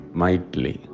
mightily